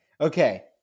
Okay